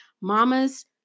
Mamas